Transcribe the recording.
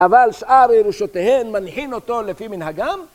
אבל שאר ירושותיהם מניחים אותו לפי מנהגם